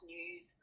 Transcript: News